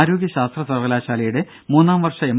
ആരോഗ്യശാസ്ത്ര സർവകലാശാലയുടെ മൂന്നാംവർഷ എം